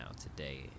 today